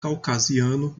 caucasiano